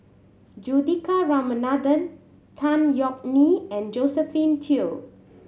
Juthika Ramanathan Tan Yeok Nee and Josephine Teo